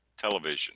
television